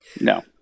No